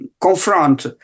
confront